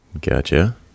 Gotcha